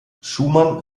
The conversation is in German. schumann